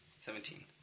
Seventeen